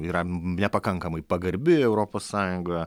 yra nepakankamai pagarbi europos sąjungoje